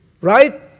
right